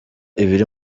ibiri